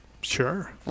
Sure